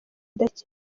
adakina